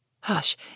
Hush